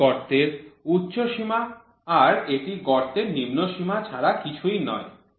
এটি গর্তের উচ্চ সীমা আর এটি গর্তের নিম্ন সীমা ছাড়া কিছুই নয়